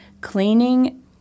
cleaning –